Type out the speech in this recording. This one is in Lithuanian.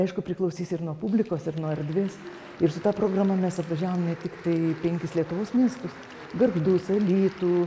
aišku priklausys ir nuo publikos ir nuo erdvės ir su ta programa mes apvažiavome tiktai penkis lietuvos miestus gargždus alytų